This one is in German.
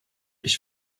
ich